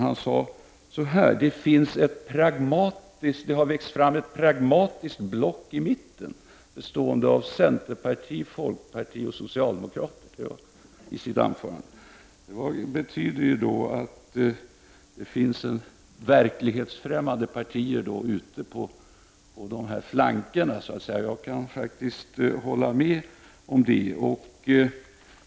Han sade att det har växt fram ett pragmatiskt block i mitten bestående av centerparti, folkparti och socialdemokrater. Det betyder att det skulle finnas verklighetsfrämmande partier ute på flankerna. Jag kan faktiskt hålla med om det.